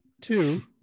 Two